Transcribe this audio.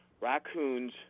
raccoons